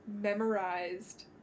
memorized